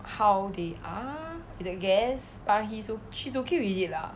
how they are you don't guess but he so she's okay already lah